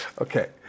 Okay